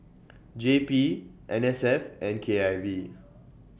J P N S F and K I V